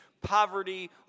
poverty